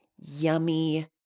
yummy